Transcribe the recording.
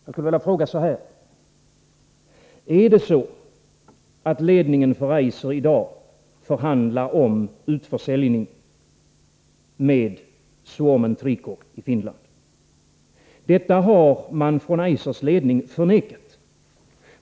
Jag skulle först vilja fråga: Är det så att ledningen för Eiser i dag förhandlar med Suomen Trikoo i Finland om utförsäljning? Detta har man från Eisers ledning förnekat.